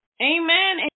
Amen